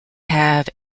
have